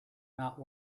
not